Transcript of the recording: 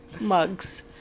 mugs